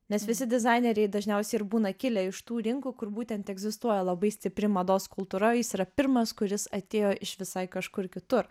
nes visi dizaineriai dažniausiai ir būna kilę iš tų rinkų kur būtent egzistuoja labai stipri mados kultūrao jis yra pirmas kuris atėjo iš visai kažkur kitur